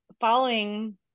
following